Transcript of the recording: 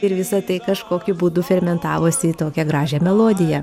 ir visa tai kažkokiu būdu fermentavosi į tokią gražią melodiją